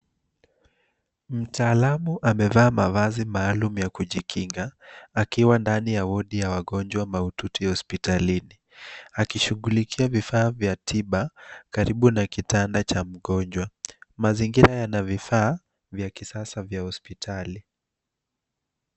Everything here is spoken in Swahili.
Mtaalamu amevaa mavazi maalum ya kujikinga akiwa ndani ya wodi ya wagonjwa mahututi hospitalini akishughulikia vifaa vya tiba karibu na kitanda cha mgonjwa. Mazingira haya yana vifaa vya kisasa vya hospitali.